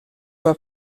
pas